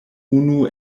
unu